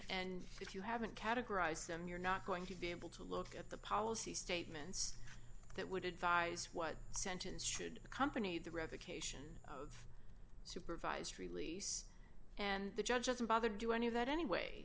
and if you haven't categorized them you're not going to be able to look at the policy statements that would advise what sentence should accompany the revocation supervised release and the judge doesn't bother to do any of that anyway